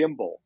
gimbal